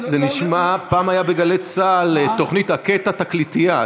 פעם היה בגלי צה"ל תוכנית "הכה את התקליטייה".